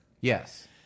Yes